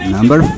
Number